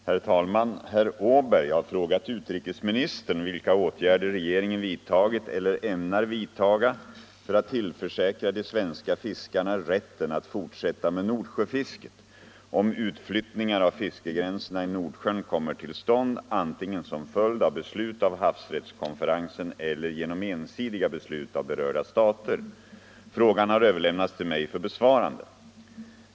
Herr talman! Herr Åberg har frågat utrikesministern vilka åtgärder regeringen vidtagit eller ämnar vidtaga för att tillförsäkra de svenska fiskarna rätten att fortsätta med Nordsjöfisket, om utflyttningar av fiskegränserna i Nordsjön kommer till stånd antingen som följd av beslut av havsrättskonferensen eller genom ensidiga beslut av berörda stater. Frågan har överlämnats till mig för besvarande.